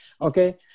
Okay